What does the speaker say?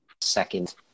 second